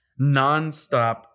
nonstop